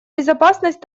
безопасность